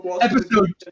Episode